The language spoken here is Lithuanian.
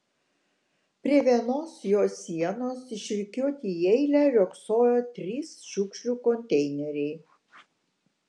prie vienos jo sienos išrikiuoti į eilę riogsojo trys šiukšlių konteineriai